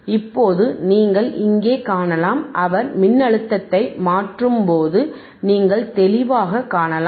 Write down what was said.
இப்போது நீங்கள் இங்கே காணலாம் அவர் மின்னழுத்தத்தை மாற்றும்போது நீங்கள் தெளிவாகக் காணலாம்